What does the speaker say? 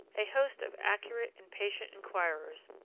a host of accurate and patient inquirers,